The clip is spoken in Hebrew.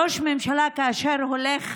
ראש ממשלה, כאשר הוא הולך